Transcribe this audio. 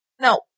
No